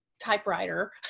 typewriter